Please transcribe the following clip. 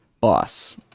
Boss